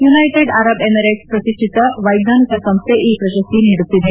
United Arab ಎಮಿರೇಟ್ಸ್ನ ಪ್ರತಿಪ್ಠಿತ ವೈಜ್ಞಾನಿಕ ಸಂಸ್ಥೆ ಈ ಪ್ರಶಸ್ತಿ ನೀಡುತ್ತಿದೆ